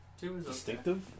distinctive